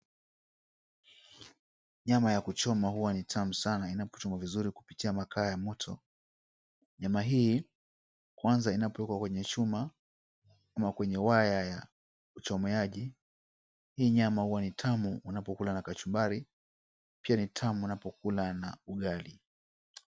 Nyama ya kuchoma huwa ni tamu sana inapochomwa vizuri kupitia makaa ya moto. Nyama hii kwanza inapowekwa kwenye chuma ama kwenye waya ya uchomeaji. Hii nyama huwa ni tamu unapokula na kachumbari, pia ni tamu unapokula na ugali.